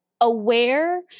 aware